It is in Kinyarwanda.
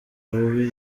bubi